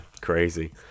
crazy